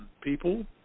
people